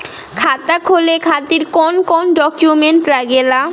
खाता खोले के खातिर कौन कौन डॉक्यूमेंट लागेला?